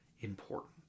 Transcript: important